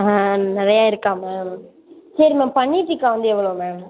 ஆ நிறையா இருக்கா மேம் சரி மேம் பன்னீர் டிக்கா வந்து எவ்வளோ மேம்